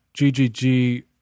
GGG